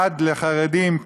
עד לחרדים,